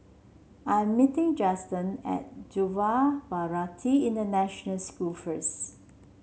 I am meeting Justen at Yuva Bharati International School first